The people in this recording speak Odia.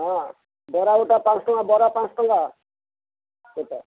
ହଁ ବରା ଗୋଟା ପାଞ୍ଚ ଟଙ୍କା ବରା ପାଞ୍ଚ ଟଙ୍କା ଗୋଟା